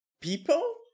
people